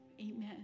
Amen